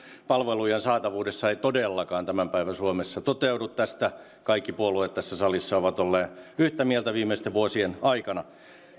palvelujen saatavuudessa ei todellakaan tämän päivän suomessa toteudu tästä kaikki puolueet tässä salissa ovat olleet yhtä mieltä viimeisten vuosien aikana